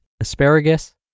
Asparagus